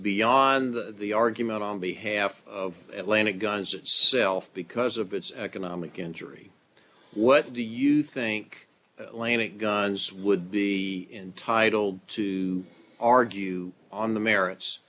beyond the argument on behalf of atlanta gunns itself because of its economic injury what do you think lanny guns would be entitled to argue on the merits